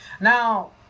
Now